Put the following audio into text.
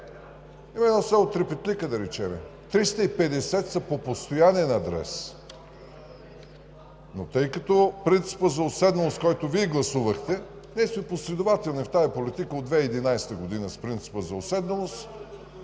има едно село Трепетлика, да речем: 350 са по постоянен адрес, но тъй като принципът за уседналост, който Вие гласувахте… Ние сме последователни в тази политика от 2011 г. с принципа за уседналост.